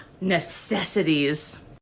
necessities